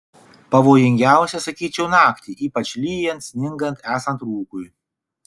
pavojingiausia sakyčiau naktį ypač lyjant sningant esant rūkui